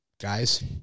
guys